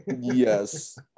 yes